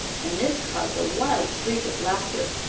and this caused a wild shriek of laughter.